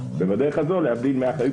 ובדרך הזו להבדיל מי אחראי,